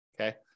okay